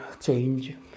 change